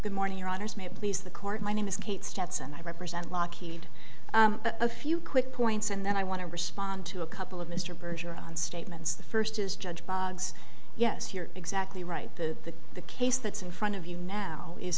the morning your honors may please the court my name is kate stetson i represent lockheed a few quick points and then i want to respond to a couple of mr berger on statements the first is judge bogs yes you're exactly right the the case that's in front of you now is